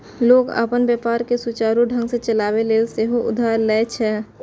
लोग अपन व्यापार कें सुचारू ढंग सं चलाबै लेल सेहो उधार लए छै